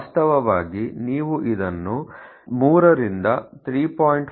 ವಾಸ್ತವವಾಗಿ ನೀವು ಇದನ್ನು 3 ರಿಂದ 3